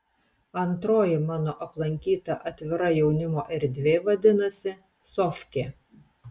antroji mano aplankyta atvira jaunimo erdvė vadinasi sofkė